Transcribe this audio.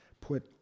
put